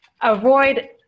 avoid